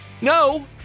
No